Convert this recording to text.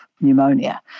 pneumonia